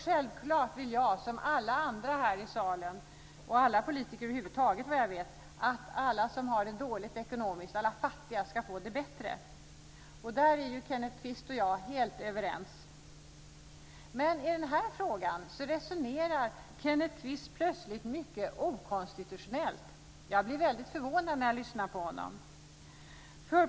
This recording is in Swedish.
Självklart vill jag, liksom alla andra här i salen och alla politiker över huvud taget, att alla som har det dåligt ekonomiskt, alla fattiga, ska få det bättre. Där är Kenneth Kvist och jag helt överens. Men i den här frågan resonerar Kenneth Kvist plötsligt mycket okonstitutionellt. Jag blir väldigt förvånad när jag lyssnar på honom.